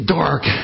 dark